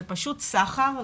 זה פשוט סחר.